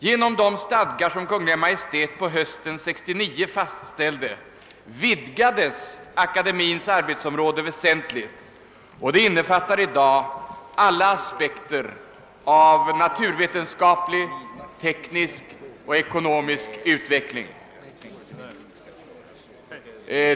Genom de stadgar som Kungl. Maj:t på hösten 1969 fastställde vidgades akademins arbetsområde väsentligt, och det innefattar i dag alla aspekter på naturvetenskaplig, teknisk och ekonomisk utveckling.